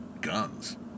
guns